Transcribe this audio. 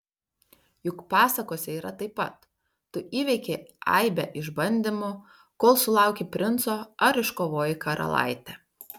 juk pasakose yra taip pat tu įveiki aibę išbandymų kol sulauki princo ar iškovoji karalaitę